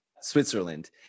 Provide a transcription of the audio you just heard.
switzerland